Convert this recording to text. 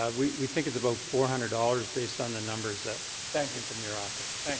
ah we we think it's about four hundred dollars based on the numbers that thank you. from your office. and